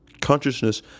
Consciousness